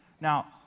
Now